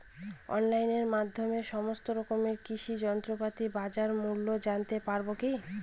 অনলাইনের মাধ্যমে সমস্ত রকম কৃষি যন্ত্রপাতির বাজার মূল্য জানতে পারবো কি?